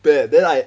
bad then I